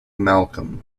malcolm